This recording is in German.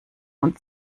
und